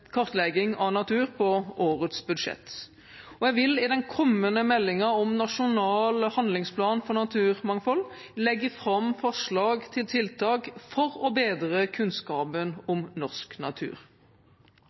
kartlegging av natur på årets budsjett. Jeg vil i den kommende meldingen om nasjonal handlingsplan for naturmangfold legge fram forslag til tiltak for å bedre kunnskapen om norsk natur.